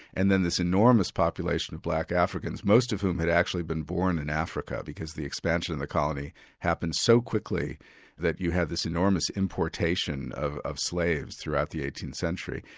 and then this enormous population of black africans, most of whom had actually been born in africa, because the expansion of and the colony happened so quickly that you had this enormous importation of of slaves throughout the eighteenth century,